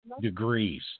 degrees